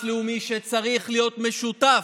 לאומי למיגור הנגיף שצריך להיות משותף.